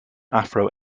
afro